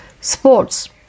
sports